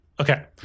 Okay